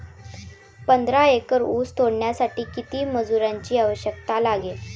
पंधरा एकर ऊस तोडण्यासाठी किती मजुरांची आवश्यकता लागेल?